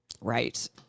Right